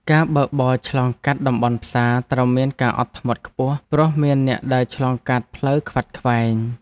ការបើកបរឆ្លងកាត់តំបន់ផ្សារត្រូវមានការអត់ធ្មត់ខ្ពស់ ព្រោះមានអ្នកដើរឆ្លងកាត់ផ្លូវខ្វាត់ខ្វែង។